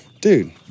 Dude